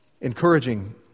encouraging